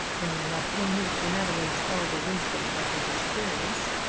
bringing up in his benevolence all the wisdom of his experience,